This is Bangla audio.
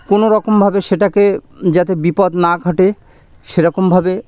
কোনো রকমভাবে সেটাকে যাতে বিপদ না ঘটে সে রকমভাবে